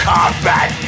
Combat